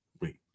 wait